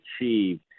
achieved